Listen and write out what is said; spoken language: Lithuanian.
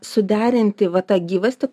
suderinti va tą gyvastį